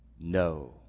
no